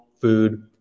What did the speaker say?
food